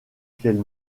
qu’elle